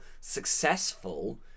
successful